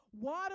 Water